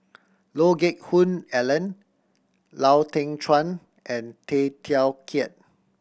Lee Geck Hoon Ellen Lau Teng Chuan and Tay Teow Kiat